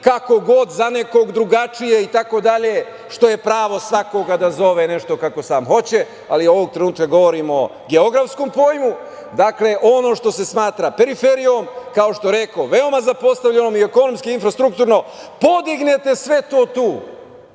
kako god, za nekog drugačije itd, što je pravo svakoga da zove nešto kako sam hoće, ali ovog trenutka govorimo o geografskom pojmu. Dakle, ono što se smatra periferijom, kao što rekoh, veoma zapostavljenom, i ekonomski i infrastrukturno, podignete sve to tu